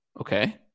Okay